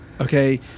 Okay